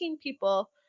people